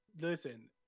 listen